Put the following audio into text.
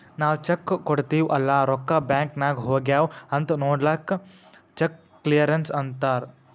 ನಾವ್ ಚೆಕ್ ಕೊಡ್ತಿವ್ ಅಲ್ಲಾ ರೊಕ್ಕಾ ಬ್ಯಾಂಕ್ ನಾಗ್ ಹೋಗ್ಯಾವ್ ಅಂತ್ ನೊಡ್ಲಕ್ ಚೆಕ್ ಕ್ಲಿಯರೆನ್ಸ್ ಅಂತ್ತಾರ್